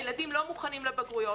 הילדים לא מוכנים לבגרויות.